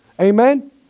Amen